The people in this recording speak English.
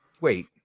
Wait